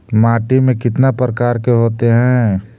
माटी में कितना प्रकार के होते हैं?